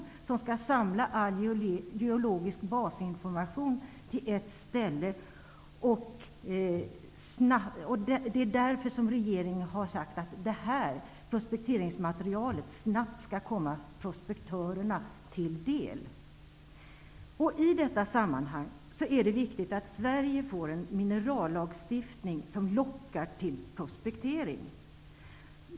Kontoret skall samla all geologisk basinformation till ett ställe. Det är därför regeringen har sagt att prospekteringsmaterialet snabbt skall komma prospektörerna till del. I detta sammanhang är det viktigt att Sverige får en minerallagstiftning som lockar till prospektering.